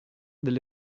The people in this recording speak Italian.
delle